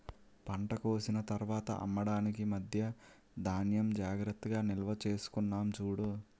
పంట కోసిన తర్వాత అమ్మడానికి మధ్యా ధాన్యం జాగ్రత్తగా నిల్వచేసుకున్నాం చూడు